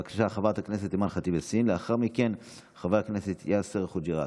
בבקשה, חברת הכנסת אימאן ח'טיב יאסין.